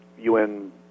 UN